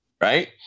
right